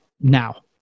now